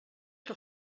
que